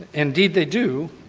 indeed they do,